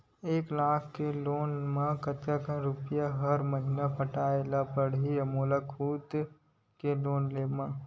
एक लाख के लोन मा कतका रुपिया हर महीना पटाय ला पढ़ही मोर खुद ले लोन मा?